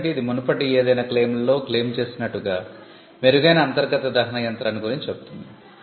ఎందుకంటే ఇది మునుపటి ఏదైనా క్లెయిమ్లలో క్లెయిమ్ చేసినట్లుగా 'మెరుగైన అంతర్గత దహన యంత్రాన్ని' గురించి చెబుతుంది